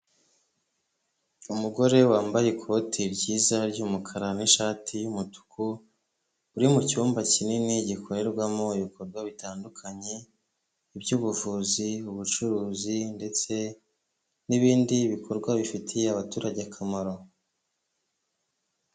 Umugore wambaye ikoti ryiza ry'umukara n'ishati y'umutuku uri mu cyumba kinini gikorerwamo ibikorwa bitandukanye iby'ubuvuzi, ubucuruzi ndetse n'ibindi bikorwa bifitiye abaturage akamaro.